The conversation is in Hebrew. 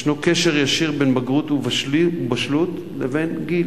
יש קשר ישיר בין בגרות ובשלות לבין גיל.